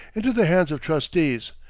into the hands of trustees,